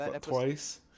twice